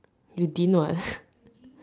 you didn't what